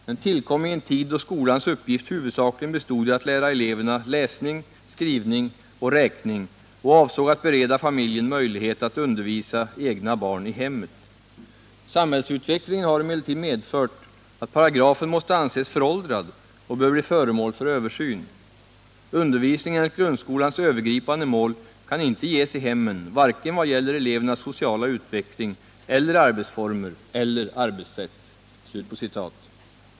Den tillkom i en tid, då skolans uppgift huvudsakligen bestod i att lära eleverna läsning, skrivning och räkning och avsåg att bereda familjen möjlighet att undervisa egna barn i hemmet. Samhällsutvecklingen har emellertid medfört, att paragrafen måste anses föråldrad och bör bli föremål för översyn. Undervisning enligt grundskolans övergripande mål kan inte ges i hemmen, varken vad gäller elevernas sociala utveckling eller arbetsformer eller arbetssätt.